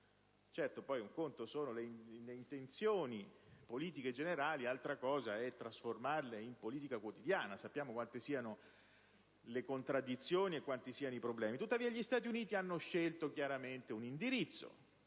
Certo, un conto sono le intenzioni politiche generali e altra cosa è trasformarle in politica quotidiana. Sappiamo quanti siano le contraddizioni e i problemi; tuttavia, gli Stati Uniti hanno scelto chiaramente un indirizzo,